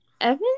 Evan